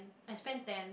I spend ten